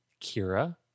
Kira